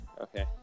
Okay